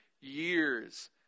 years